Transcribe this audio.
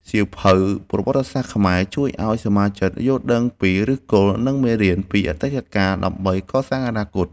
សៀវភៅប្រវត្តិសាស្ត្រខ្មែរ ជួយឱ្យសមាជិកយល់ដឹងពីឫសគល់ និងមេរៀនពីអតីតកាលដើម្បីកសាងអនាគត។